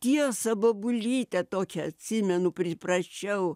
tiesa bobulytę tokią atsimenu priprašiau